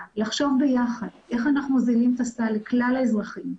לחשוב ביחד איך אנחנו מוזילים את הסל לכלל האזרחים,